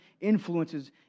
influences